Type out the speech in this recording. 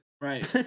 Right